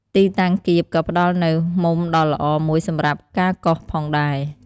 ទីតាំងគៀប ក៏ផ្តល់នូវ មុំដ៏ល្អមួយសម្រាប់ការកោសផងដែរ។